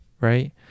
right